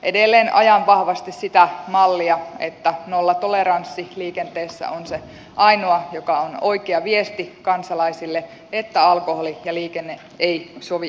edelleen ajan vahvasti sitä mallia että nollatoleranssi liikenteessä on se ainoa joka on oikea viesti kansalaisille että alkoholi ja liikenne eivät sovi yhteen